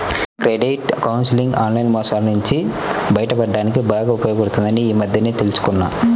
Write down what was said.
credit counselling online మోసాల నుంచి బయటపడడానికి బాగా ఉపయోగపడుతుందని ఈ మధ్యనే తెల్సుకున్నా